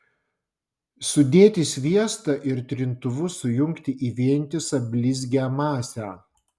sudėti sviestą ir trintuvu sujungti į vientisą blizgią masę